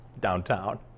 downtown